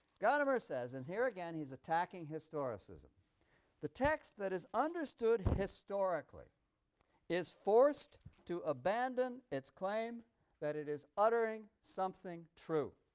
gadamer says, and here again he's attacking historicism the text that is understood historically is forced to abandon its claim that it is uttering something true.